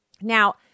Now